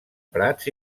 prats